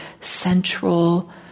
central